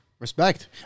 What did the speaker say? Respect